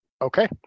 Okay